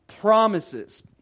promises